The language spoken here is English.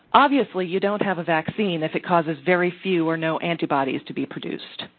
obviously, you don't have a vaccine if it causes very few or no antibodies to be produced.